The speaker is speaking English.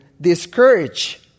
discourage